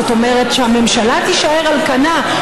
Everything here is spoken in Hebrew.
זאת אומרת שהממשלה תישאר על כנה,